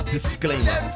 Disclaimer